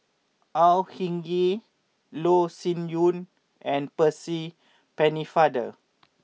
Au Hing Yee Loh Sin Yun and Percy Pennefather